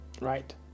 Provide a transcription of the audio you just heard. right